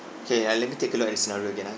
okay uh let me take a look at the scenario again ah